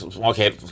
Okay